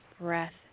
breath